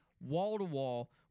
wall-to-wall